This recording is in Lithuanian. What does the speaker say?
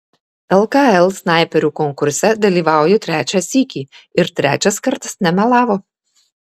lkl snaiperių konkurse dalyvauju trečią sykį ir trečias kartas nemelavo